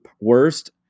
worst